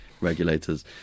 regulators